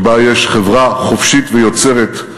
שיש בה חברה חופשית ויוצרת,